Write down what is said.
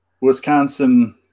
Wisconsin